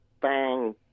bang